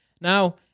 now